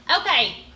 Okay